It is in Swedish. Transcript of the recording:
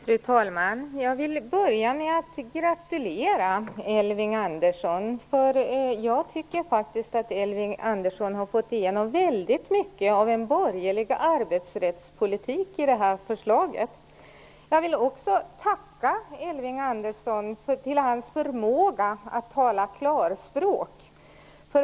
Fru talman! Jag vill börja med att gratulera Elving Andersson. Jag tycker faktiskt att han i och med det här förslaget har fått igenom väldigt mycket av den borgerliga arbetsrättspolitiken. Jag vill också tacka Elving Andersson. Han har verkligen förmåga att tala klarspråk.